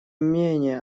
менее